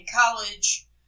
college